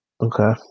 Okay